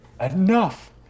Enough